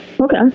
Okay